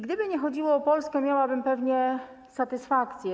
Gdyby nie chodziło o Polskę, miałabym pewnie satysfakcję.